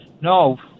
No